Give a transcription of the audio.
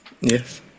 Yes